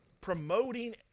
promoting